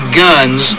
guns